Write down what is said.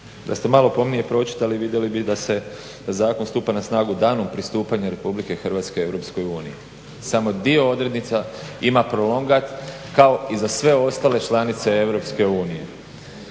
da ste malo pomnije pročitali vidjeli bi da zakon stupa na snagu danom pristupanja Republike Hrvatske EU. Samo dio odrednica ima prolongat kao i za sve ostale članice EU.